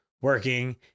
working